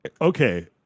Okay